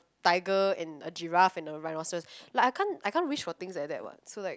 tiger and a giraffe and a rhinoceros like I can't I can't wish for things like that what so like